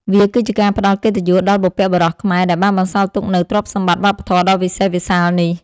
វាគឺជាការផ្ដល់កិត្តិយសដល់បុព្វបុរសខ្មែរដែលបានបន្សល់ទុកនូវទ្រព្យសម្បត្តិវប្បធម៌ដ៏វិសេសវិសាលនេះ។